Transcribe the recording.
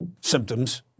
symptoms